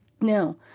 now